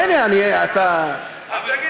הנה, אני, אתה, אז תגיד